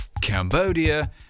Cambodia